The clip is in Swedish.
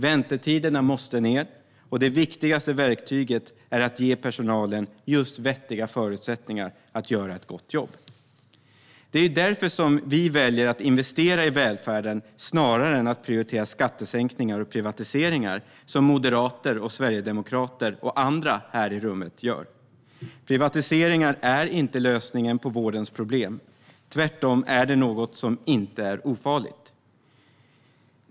Väntetiderna måste ned, och det viktigaste verktyget är att ge personalen vettiga förutsättningar att göra ett gott jobb. Det är därför som vi väljer att investera i välfärden snarare än att prioritera skattesänkningar och privatiseringar som moderater, sverigedemokrater och andra här i rummet gör. Privatiseringar är inte lösningen på vårdens problem. Tvärtom är det något som inte är ofarligt.